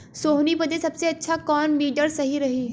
सोहनी बदे सबसे अच्छा कौन वीडर सही रही?